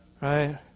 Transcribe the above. Right